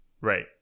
Right